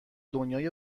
دنیای